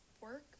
work